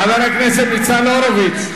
חבר הכנסת ניצן הורוביץ.